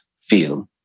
feel